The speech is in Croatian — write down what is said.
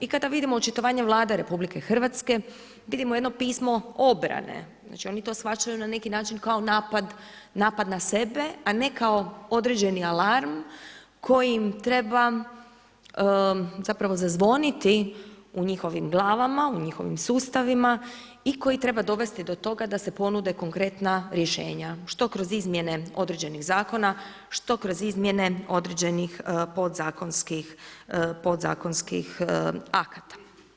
I kada vidimo očitovanje Vlade RH vidimo jedno pismo obrane, znači oni to shvaćaju na neki način kao napad na sebe, a ne kao određeni alarm koji treba zazvoniti u njihovim glavama u njihovim sustavima i koji treba dovesti do toga da se ponude konkretna rješenja što kroz izmjene određenih zakona, što kroz izmjene određenih podzakonskih akata.